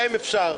להם אפשר.